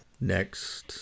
next